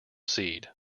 seed